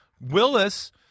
Willis